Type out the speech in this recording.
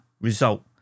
result